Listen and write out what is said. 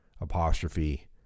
apostrophe